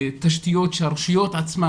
תשתיות שהרשויות עצמן,